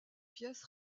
pièces